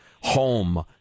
home